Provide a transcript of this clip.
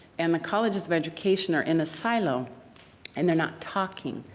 and the colleges of education are in a silo and they're not talking,